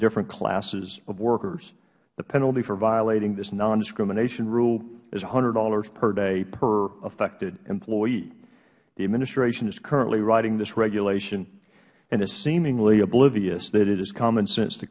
different classes of workers the penalty for violating this non discrimination rule is one hundred dollars per day per affected employee the administration is currently writing this regulation and is seemingly oblivious that it is commonsense to